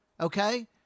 okay